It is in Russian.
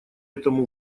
этому